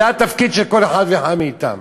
זה התפקיד של כל אחד ואחד מאתנו,